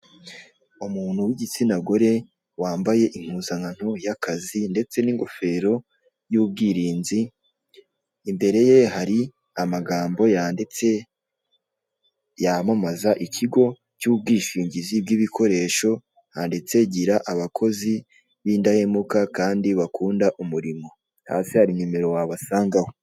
Umuntu wigitsina gore wambaye impuzankano yakazi ndetse ningofero yubwirinzi. Imbereye hari amagambo yanditse yamamaza ikigo cyubwishingizi bwibikoresho handitse " gira abakozi b'indahemuka kandi bakunda umurimo". Hasi hari nomero wabasangaho.